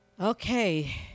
Okay